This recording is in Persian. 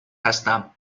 هستم